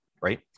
Right